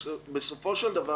בסופו של דבר,